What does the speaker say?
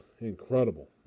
incredible